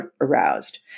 aroused